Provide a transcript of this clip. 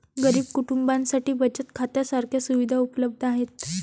गरीब कुटुंबांसाठी बचत खात्या सारख्या सुविधा उपलब्ध आहेत